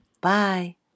Bye